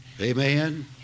Amen